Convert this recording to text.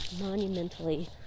monumentally